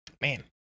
man